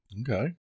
Okay